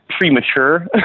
Premature